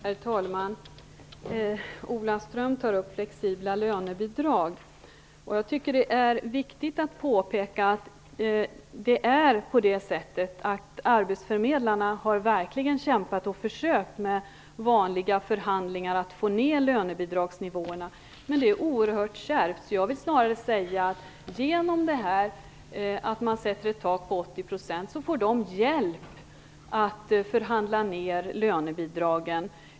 Herr talman! Ola Ström tar upp frågan om flexibla lönebidrag. Jag tycker att det är viktigt att påpeka att arbetsförmedlarna verkligen har kämpat och försökt att genom vanliga förhandlingar få ned lönebidragsnivåerna. Men det är oerhört kärvt. Jag vill snarare säga att genom att det sätts ett tak på 80 % får de hjälp med att förhandla ned lönebidragen.